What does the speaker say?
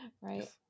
Right